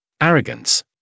Arrogance